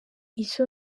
icyo